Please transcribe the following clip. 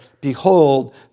Behold